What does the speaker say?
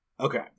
Okay